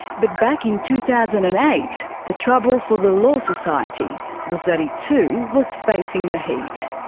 but back in two thousand and eight, the trouble for the law society was that it too was facing the heat.